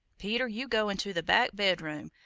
peter, you go into the back bedroom,